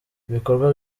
ibikorwa